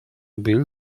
build